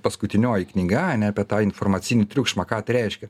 paskutinioji knyga ane apie tą informacinį triukšmą ką tai reiškia